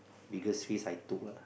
biggest risk I took lah